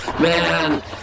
Man